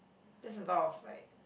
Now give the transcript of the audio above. that's a lot of like